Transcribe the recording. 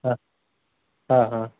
हा हा हा